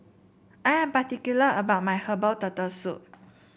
I am particular about my Herbal Turtle Soup